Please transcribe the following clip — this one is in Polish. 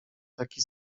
taki